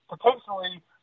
potentially